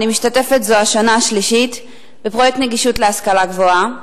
אני משתתפת זו השנה השלישית בפרויקט נגישות להשכלה גבוהה,